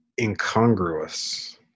incongruous